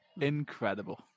Incredible